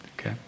okay